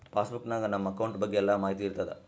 pass book ನಾಗ್ ನಮ್ account ಬಗ್ಗೆ ಎಲ್ಲಾ ಮಾಹಿತಿ ಇರ್ತಾದ